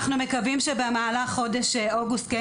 אנחנו מקווים שבמהלך חודש אוגוסט כן